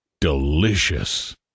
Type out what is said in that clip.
Delicious